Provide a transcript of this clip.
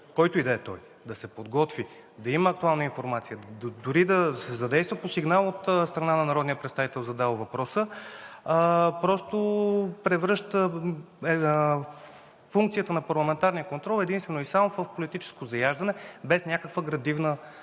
който и да е той, да се подготви, да има актуална информация, дори да се задейства по сигнал от страна на народния представител, задал въпроса, превръща функцията на парламентарния контрол единствено и само в политическо заяждане, без някаква градивна